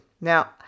Now